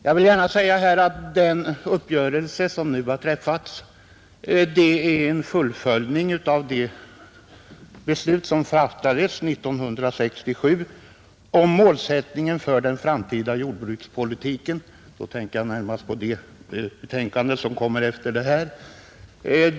Jag vill här säga att den uppgörelse som träffats är ett fullföljande av det beslut som fattades 1967 om målsättningen för den framtida jordbrukspolitiken. Jag tänker då också på det utskottsbetänkande som kommer närmast efter detta på föredragningslistan.